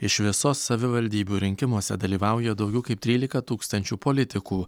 iš viso savivaldybių rinkimuose dalyvauja daugiau kaip trylika tūkstančių politikų